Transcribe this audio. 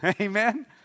Amen